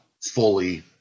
fully